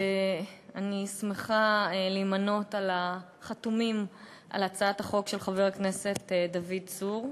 אני שמחה להימנות עם החתומים על הצעת החוק של חבר הכנסת דוד צור.